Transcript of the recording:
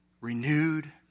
renewed